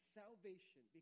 salvation